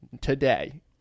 today